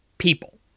People